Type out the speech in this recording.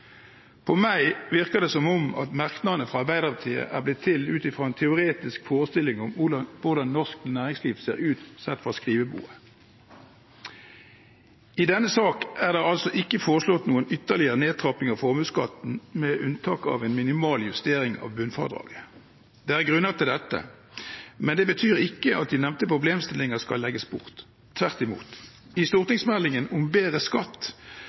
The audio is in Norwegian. For meg virker det som om merknadene fra Arbeiderpartiet er blitt til ut fra en teoretisk forestilling om hvordan norsk næringsliv ser ut, sett fra skrivebordet. I denne sak er det altså ikke foreslått noen ytterligere nedtrapping av formuesskatten, med unntak av en minimal justering av bunnfradraget. Det er grunner til dette, men det betyr ikke at de nevnte problemstillinger skal legges bort – tvert imot. I stortingsmeldingen om bedre skatt,